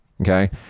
okay